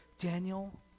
Daniel